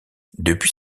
depuis